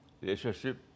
relationship